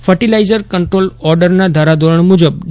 fertiliser control ઓર્ડરના ધારાધોરણ મુજબ ડી